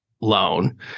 loan